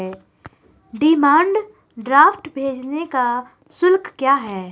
Demand draft भेजने का शुल्क क्या है?